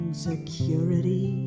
security